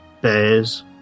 bears